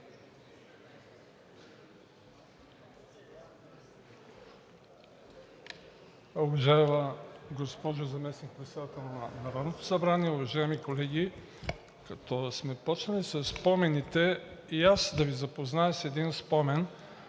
Уважаема госпожо Заместник-председател на Народното събрание, уважаеми колеги! Като сме почнали със спомените, и аз да Ви запозная с един спомен,